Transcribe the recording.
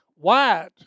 White